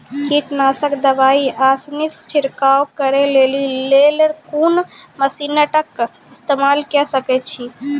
कीटनासक दवाई आसानीसॅ छिड़काव करै लेली लेल कून मसीनऽक इस्तेमाल के सकै छी?